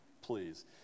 Please